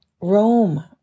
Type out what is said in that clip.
Rome